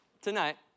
tonight